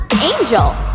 Angel